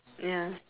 ya